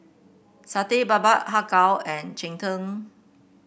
Satay Babat Har Kow and Cheng Tng